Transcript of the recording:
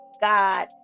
God